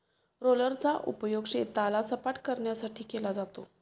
रोलरचा उपयोग शेताला सपाटकरण्यासाठी केला जातो